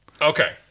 Okay